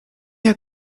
herr